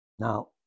Now